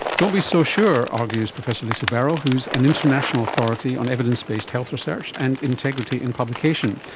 don't be so sure, argues professor lisa bero who is an international authority on evidence-based health research and integrity in publication.